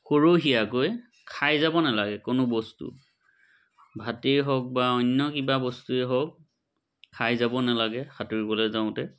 সৰহীয়াকৈ খাই যাব নালাগে কোনো বস্তু ভাতেই হওক বা অন্য কিবা বস্তুৱেই হওক খাই যাব নালাগে সাঁতুৰিকলৈ যাওঁতে